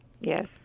Yes